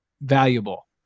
valuable